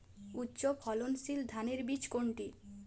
উচ্চ ফলনশীল ধানের বীজ কোনটি?